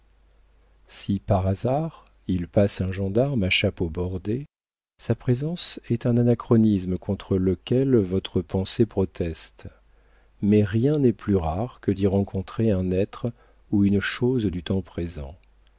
si par hasard il passe un gendarme à chapeau bordé sa présence est un anachronisme contre lequel votre pensée proteste mais rien n'est plus rare que d'y rencontrer un être ou une chose du temps présent